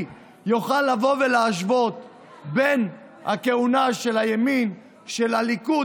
יוכל לבוא ולהשוות בין הכהונה של הימין ושל הליכוד